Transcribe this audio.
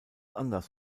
anders